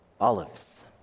olives